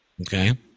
Okay